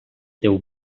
teu